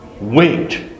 wait